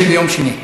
יידיש זה ביום שני.